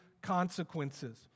consequences